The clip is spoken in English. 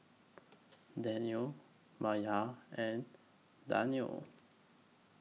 Daniel Maya and Danial